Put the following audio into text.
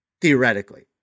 Theoretically